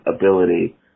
ability